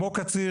כמו קציר,